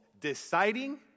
deciding